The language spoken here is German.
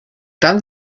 dann